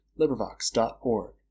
LibriVox.org